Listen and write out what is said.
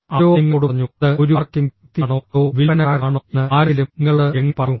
ആരോ നിങ്ങളോട് പറഞ്ഞു അത് ഒരു മാർക്കറ്റിംഗ് വ്യക്തിയാണോ അതോ വിൽപ്പനക്കാരനാണോ എന്ന് ആരെങ്കിലും നിങ്ങളോട് എങ്ങനെ പറഞ്ഞു